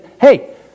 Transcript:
Hey